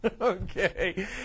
Okay